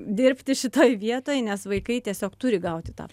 dirbti šitoj vietoj nes vaikai tiesiog turi gauti tą